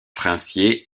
princier